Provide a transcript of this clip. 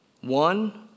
One